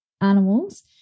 animals